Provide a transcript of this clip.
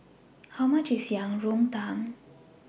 How much IS Yang Rou Tang